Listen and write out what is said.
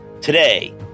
Today